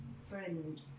friend